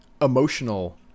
emotional